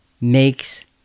makes